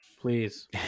please